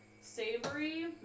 savory